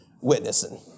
witnessing